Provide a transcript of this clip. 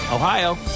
Ohio